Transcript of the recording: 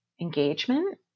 engagement